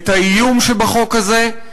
את האיום שבחוק הזה,